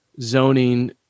zoning